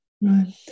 Right